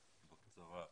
בקצרה.